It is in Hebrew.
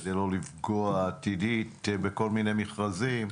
כדי לא לפגוע עתידית בכל מיני מכרזים.